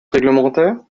réglementaire